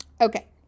Okay